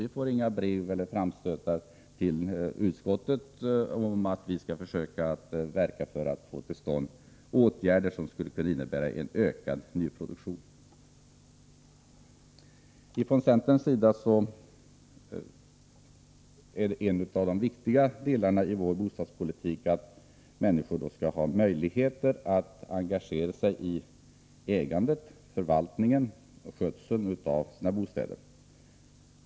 Vi får inga brev med framstötar till utskottet om att vi skall försöka verka för åtgärder som skulle innebära ökad nyproduktion. Enligt centerns uppfattning hör det till det allra viktigaste i vår bostadspolitik att människor skall ha möjlighet att engagera sig i ägandet, förvaltningen och skötseln av sina bostäder.